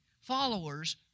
followers